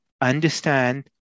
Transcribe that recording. understand